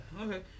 okay